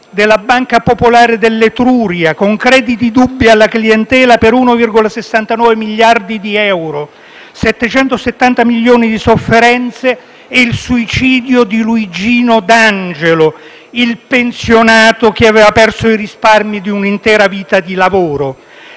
della Banca Popolare dell'Etruria, con crediti dubbi alla clientela per 1,69 miliardi di euro; 770 milioni di sofferenze e il suicidio di Luigino D'Angelo, il pensionato che aveva perso i risparmi di un'intera vita di lavoro;